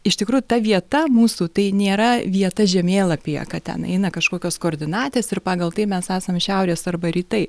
iš tikrųjų ta vieta mūsų tai nėra vieta žemėlapyje kad ten eina kažkokios koordinatės ir pagal tai mes esame šiaurės arba rytai